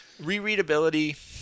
Rereadability